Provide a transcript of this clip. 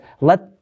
let